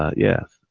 yeah.